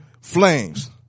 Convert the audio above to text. Flames